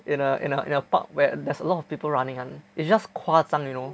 in a in a in a park where there's a lot of people running [one] it's just 夸张 you know